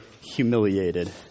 humiliated